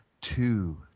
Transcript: Two